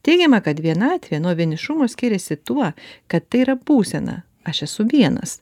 teigiama kad vienatvė nuo vienišumo skiriasi tuo kad tai yra būsena aš esu vienas